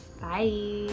Bye